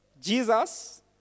Jesus